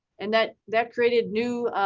and that that created new